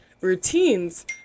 routines